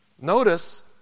Notice